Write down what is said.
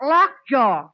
Lockjaw